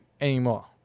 anymore